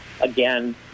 again